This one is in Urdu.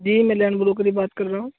جی میں لینڈ بروکر ہی بات کر رہا ہوں